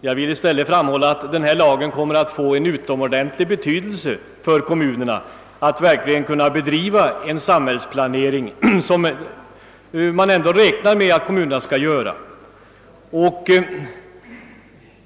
Jag vill i stället framhålla att den kommer att få en utomordentlig betydelse för kommunerna när det gäller att verkligen kunna bedriva en effektiv samhällsplanering, vilket man ändå räknar med att kommunerna skall göra.